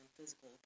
physical